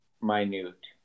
minute